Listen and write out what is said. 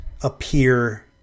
appear